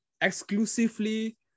exclusively